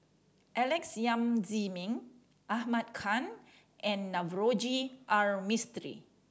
Alex Yam Ziming Ahmad Khan and Navroji R Mistri